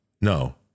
No